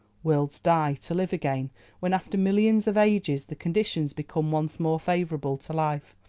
worlds die, to live again when, after millions of ages, the conditions become once more favourable to life,